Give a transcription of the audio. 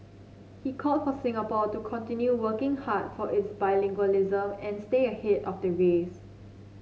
he called for Singapore to continue working hard for its bilingualism and stay ahead of the race